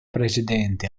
precedente